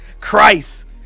Christ